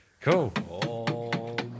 Cool